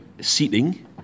seating